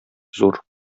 зур